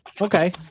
okay